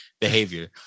behavior